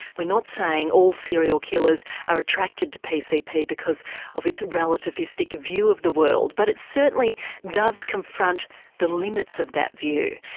we're not saying all serial killers are attracted to pcp because of its relativistic view of the world. but it certainly does confront the limits of that view.